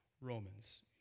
Romans